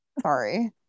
sorry